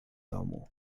domu